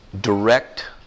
direct